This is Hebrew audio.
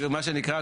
מה שנקרא,